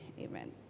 Amen